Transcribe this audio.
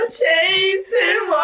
chasing